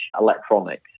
electronics